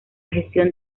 gestión